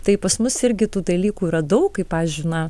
tai pas mus irgi tų dalykų yra daug kai pavyzdžiui na